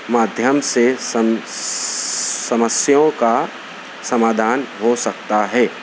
مادھیم سے سم سمسیوں کا سمادھان ہو سکتا ہے